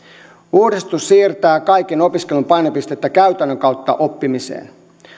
uudistus siirtää kaiken opiskelun painopistettä käytännön kautta oppimiseen